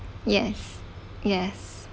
yes yes